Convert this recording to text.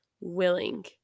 willing